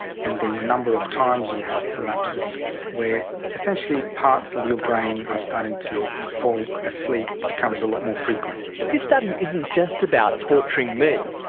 and the number of times you have the lapses where essentially parts of your brain are starting to fall asleep becomes a lot more frequent. but this study isn't just about torturing me.